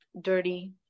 dirty